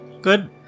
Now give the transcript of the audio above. Good